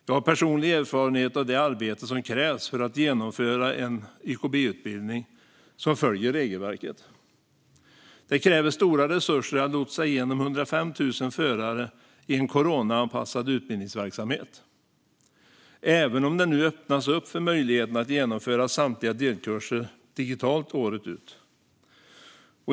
Jag har personlig erfarenhet av det arbete som krävs för att genomföra en YKB-utbildning som följer regelverket. Det kräver stora resurser att lotsa 105 000 förare igenom en coronaanpassad utbildningsverksamhet, även om man nu öppnar för möjligheten att genomföra samtliga delkurser digitalt året ut.